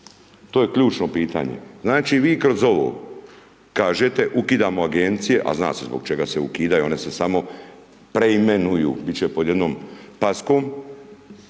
To je ključno pitanje. Znači, vi kroz ovo kažete ukidamo Agencije, a zna se zbog čega se ukidaju, one se samo preimenuju, biti će pod jednom paskom.